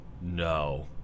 no